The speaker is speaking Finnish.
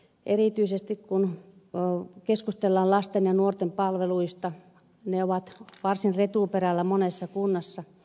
erityisesti kun keskustellaan lasten ja nuorten palveluista ne ovat varsin retuperällä monessa kunnassa